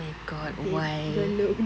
oh my god why